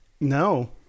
No